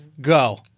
go